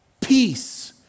peace